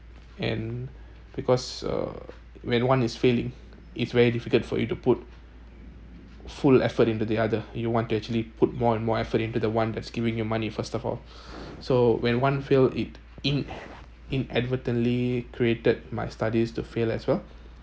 and because uh when one is failing it's very difficult for you to put full effort into the other you'll want to actually put more and more effort into the one that's giving you money first of all so when one fail it in inadvertently created my studies to fail as well